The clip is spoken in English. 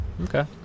Okay